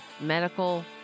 medical